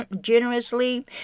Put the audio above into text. generously